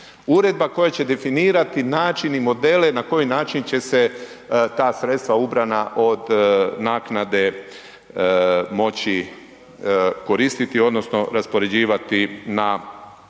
Uredba koja će definirati način i modele na koji način će se ta sredstva ubrana od naknade moći koristiti odnosno raspoređivati na vodo